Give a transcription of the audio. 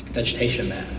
vegetation mat.